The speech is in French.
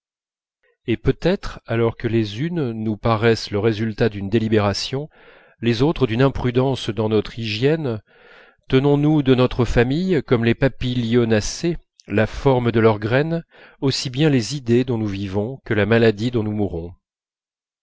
et peut-être alors que les unes nous paraissent le résultat d'une délibération les autres d'une imprudence dans notre hygiène tenons-nous de notre famille comme les papilionacées la forme de leur graine aussi bien les idées dont nous vivons que la maladie dont nous mourrons